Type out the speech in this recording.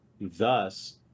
thus